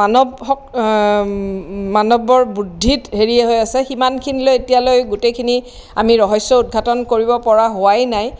মানৱ সক মানৱৰ বুদ্ধিত হেৰি হৈ আছে সিমানখিনিলৈ এতিয়ালৈ গোটেইখিনি আমি ৰহস্য উৎঘাটন কৰিব পৰা হোৱাই নাই